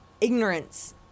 Ignorance